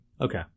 Okay